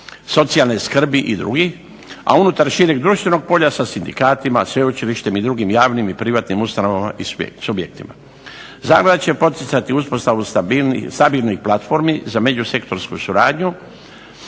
socijalne skrbi i drugih, a unutar šireg društvenog polja sa sindikatima, sveučilištem i drugim javnim i privatnim ustanovama s objektima. Zaklada će poticati uspostavu stabilnih platformi za međusektorsku suradnju